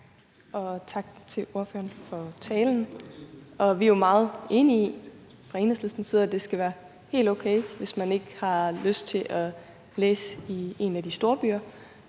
og tak til ordføreren for talen. Vi er jo fra Enhedslistens side meget enige i, at det skal være helt okay, hvis man ikke har lyst til at læse i en af de store byer,